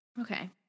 Okay